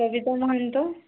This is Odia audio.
ସବିତା ମହନ୍ତ